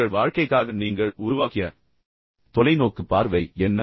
உங்கள் வாழ்க்கைக்காக நீங்கள் உருவாக்கிய தொலைநோக்குப் பார்வை என்ன